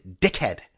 dickhead